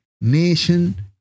nation